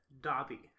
Dobby